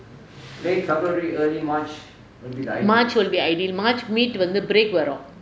march will be ideal march middle வந்து:vanthu break வரும்:varum